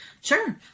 Sure